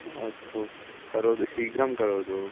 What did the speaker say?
अस्तु करोतु शीघ्रं करोतु